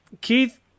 Keith